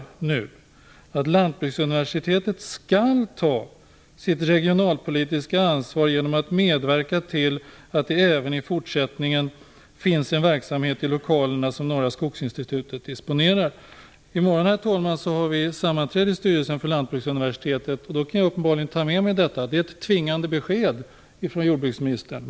Där står: "att Lantbruksuniversitetet skall ta sitt regionalpolitiska ansvar genom att medverka till att det även i fortsättningen finns en verksamhet i lokalerna som Herr talman! I morgon har vi sammanträde i styrelsen för Lantbruksuniversitetet. Då kan jag uppenbarligen ta med mig detta att det är ett tvingande besked från jordbruksministern.